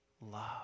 love